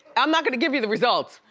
i'm not gonna give you the results,